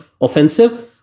offensive